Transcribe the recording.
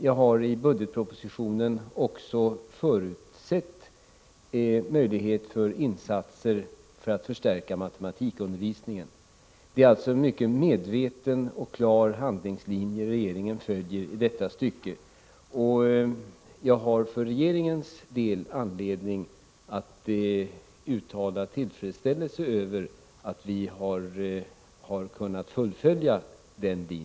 Jag har i budgetpropositionen också förutsett en möjlighet för insatser för att förstärka matematikundervisningen. Det är alltså en mycket medveten och klar handlingslinje regeringen följer i detta stycke, och jag har för regeringens del anledning att uttala tillfredsställelse över detta.